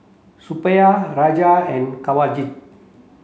Suppiah Raja and Kanwaljit